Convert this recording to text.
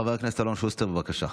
חבר הכנסת אלון שוסטר, בבקשה.